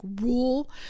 rule